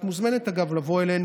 את מוזמנת לבוא אלינו.